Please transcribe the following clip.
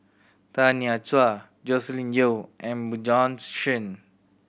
Tanya Chua Joscelin Yeo and Bjorn's Shen